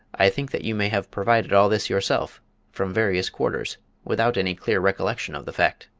i think that you may have provided all this yourself from various quarters without any clear recollection of the fact.